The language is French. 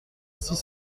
six